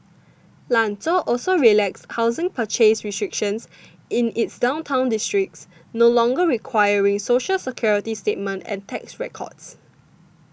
Lanzhou also relaxed housing purchase restrictions in its downtown districts no longer requiring Social Security statement and tax records